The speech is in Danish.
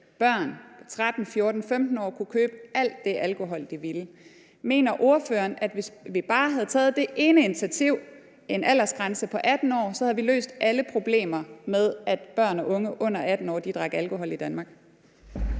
børn på 13, 14, 15 år kunnet købe alt det alkohol, de ville. Mener ordføreren, at hvis vi bare havde taget det ene initiativ, en aldersgrænse på 18 år, så havde vi løst alle problemer i Danmark med, at børn og unge under 18 år drak alkohol? Kl.